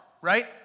right